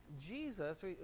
Jesus